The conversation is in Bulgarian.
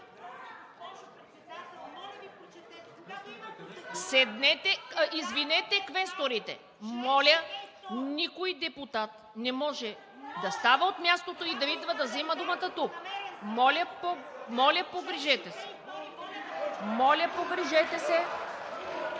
Седнете! Извинете – квесторите! Никой депутат не може да става от мястото и да идва да взима думата тук! Моля, погрижете се! Моля, погрижете се!